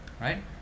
Right